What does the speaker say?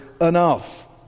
enough